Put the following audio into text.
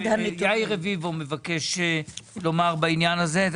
יאיר רביבו מבקש לומר בעניין הזה.